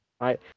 right